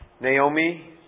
Naomi